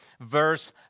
verse